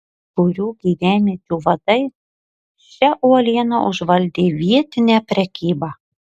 kai kurių gyvenviečių vadai šia uoliena užvaldė vietinę prekybą